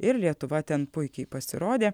ir lietuva ten puikiai pasirodė